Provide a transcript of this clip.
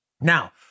Now